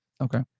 Okay